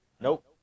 Nope